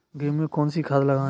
गेहूँ में कौनसी खाद लगाएँ?